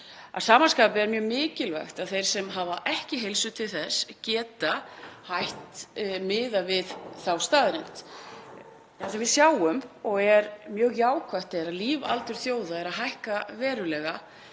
Að sama skapi er mjög mikilvægt að þeir sem ekki hafa heilsu til þess geti hætt miðað við þá staðreynd. Það sem við sjáum og er mjög jákvætt er að lífaldur þjóða er að hækka verulega.